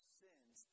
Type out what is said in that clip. sins